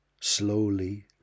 slowly